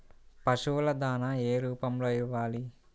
పశువుల దాణా ఏ రూపంలో ఇవ్వాలి?